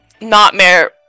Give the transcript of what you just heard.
nightmare